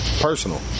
personal